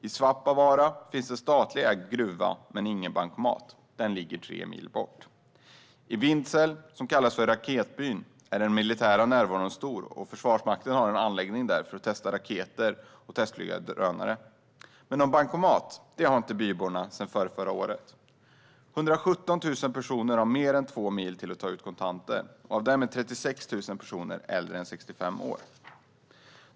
I Svappavaara finns en statligt ägd gruva men ingen bankomat. Den ligger tre mil bort. I Vidsel, som kallas för raketbyn, är den militära närvaron stor. Försvarsmakten har en anläggning där för att testa raketer och testflyga drönare. Men någon bankomat har inte byborna sedan förrförra året. Det är 117 000 personer som har mer än två mil till att ta ut kontanter, och av dem är 36 000 personer äldre än 65 år.